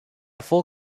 full